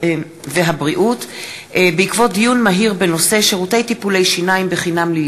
המגמות המסוכנות המסתמנות בתקציב המדינה.